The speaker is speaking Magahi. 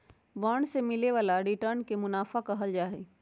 बांड से मिले वाला रिटर्न के मुनाफा कहल जाहई